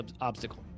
obstacle